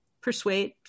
Persuade